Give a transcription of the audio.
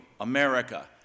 America